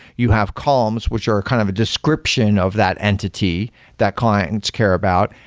you have columns which are kind of a description of that entity that clients care about,